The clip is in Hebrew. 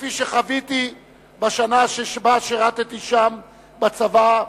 כפי שחוויתי בשנה שבה שירתי שם בצבא,